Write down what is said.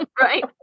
right